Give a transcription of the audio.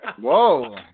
Whoa